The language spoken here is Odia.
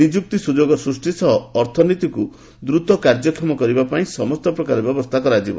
ନିଯୁକ୍ତି ସୁଯୋଗ ସୃଷ୍ଟି ସହ ଅର୍ଥନୀତିକୁ ଦ୍ରୁତ କାର୍ଯ୍ୟକ୍ଷମ କରିବା ପାଇଁ ସମସ୍ତ ପ୍ରକାର ବ୍ୟବସ୍ଥା କରାଯିବ